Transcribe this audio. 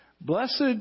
Blessed